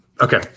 Okay